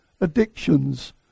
addictions